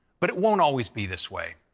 but it won't always be this way.